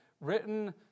written